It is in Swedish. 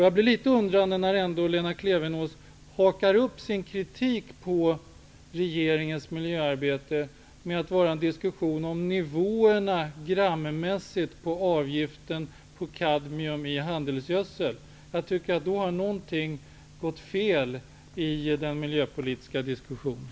Jag blir litet undrande inför att Lena Klevenås ändå hakar upp sin kritik på regeringens miljöarbete med en diskussion om de grannmässiga nivåerna på avgiften på kadmium i handelsgödsel. Det visar att något gått snett i den miljöpolitiska diskussionen.